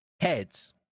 heads